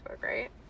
right